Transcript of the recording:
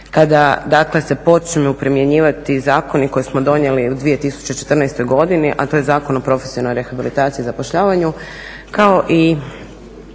dakle se počnu primjenjivati zakoni koje smo donijeli u 2014. godini a to je Zakon o profesionalnoj rehabilitaciji i zapošljavanju kao i